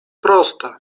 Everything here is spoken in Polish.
proste